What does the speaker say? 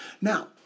Now